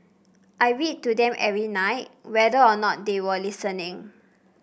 I read to them every night whether or not they were listening